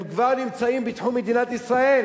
הם כבר נמצאים בתחום מדינת ישראל.